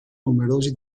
numerosi